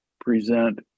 present